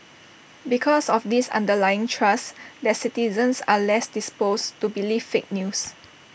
because of this underlying trust their citizens are less disposed to believe fake news